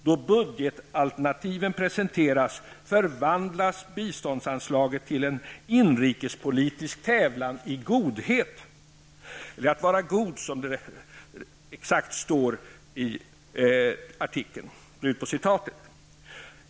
Då budgetalternativen presenteras förvandlas biståndsanslaget till en inrikespolitisk tävlan i att vara god.''